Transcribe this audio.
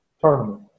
tournament